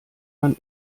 man